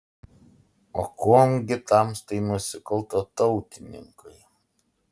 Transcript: o kuom gi tamstai nusikalto tautininkai